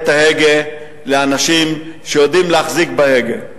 את ההגה לאנשים שיודעים להחזיק בהגה.